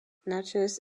naches